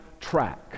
track